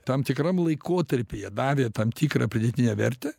tam tikram laikotarpyje davė tam tikrą pridėtinę vertę